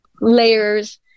layers